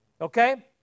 Okay